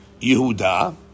Yehuda